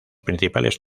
principales